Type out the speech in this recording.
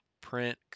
print